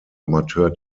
amateur